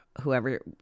whoever